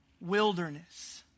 wilderness